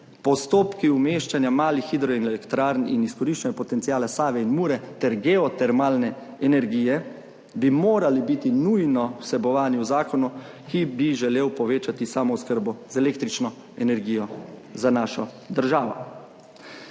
Postopki umeščanja malih hidroelektrarn in izkoriščanja potenciala Save in Mure ter geotermalne energije bi morali biti nujno vsebovani v zakonu, ki bi želel povečati samooskrbo z električno energijo za našo državo.